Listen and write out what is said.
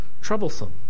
troublesome